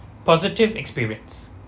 positive experience